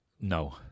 no